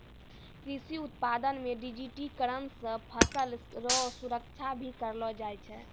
कृषि उत्पादन मे डिजिटिकरण से फसल रो सुरक्षा भी करलो जाय छै